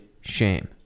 shame